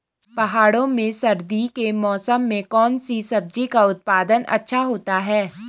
पहाड़ों में सर्दी के मौसम में कौन सी सब्जी का उत्पादन अच्छा होता है?